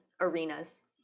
arenas